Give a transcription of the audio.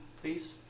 please